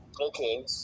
Okay